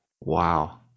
wow